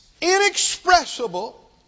inexpressible